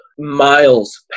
miles